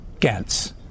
Gantz